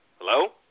Hello